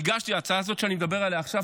ההצעה הזאת שאני מדבר עליה עכשיו,